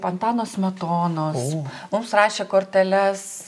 antano smetonos mums rašė korteles